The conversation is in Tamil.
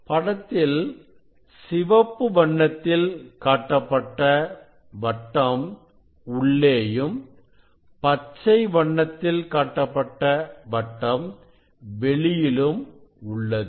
படத்தில் சிவப்பு வண்ணத்தில் காட்டப்பட்ட வட்டம் உள்ளேயும் பச்சை வண்ணத்தில் காட்டப்பட்ட வட்டம் வெளியிலும் உள்ளது